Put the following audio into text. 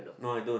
no I don't